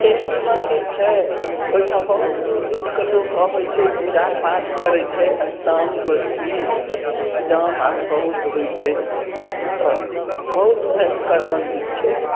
खेड़ी मन्दिल छै ओहिठाम बहुत दूर दूर के लोक अबैत छै पूजा पाठ करैत छै अष्टजाम गोष्ठी अष्टजाम आर बहुत होयत छै ओत्तऽ बहुत भयङ्कर मन्दिल छै